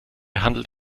handelt